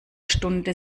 stunde